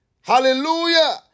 Hallelujah